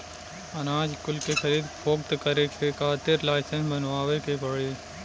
अनाज कुल के खरीद फोक्त करे के खातिर लाइसेंस बनवावे के पड़ी